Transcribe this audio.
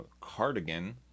Cardigan